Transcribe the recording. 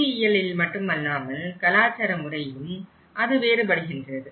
புவியியலில் மட்டுமல்லாமல் கலாச்சார முறையிலும் அது வேறுபடுகின்றது